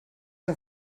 que